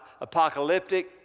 apocalyptic